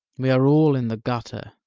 we are all in the gutter,